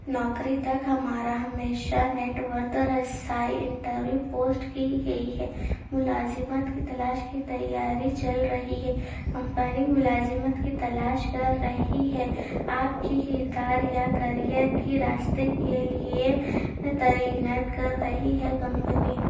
نوکری تک ہمارا ہمیشہ نیٹورت رسائی انٹرویو پوسٹ کی گئی ہے ملازمت کی تلاش کی تیاری چل رہی ہے کمپنی ملازمت کی تلاش کر رہی ہے آپ کی کردار یا کیرئر کی راستے کے لیے تعینات کر رہی ہے کمپنی